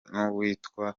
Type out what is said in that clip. n’uwitwa